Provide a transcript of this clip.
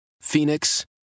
Phoenix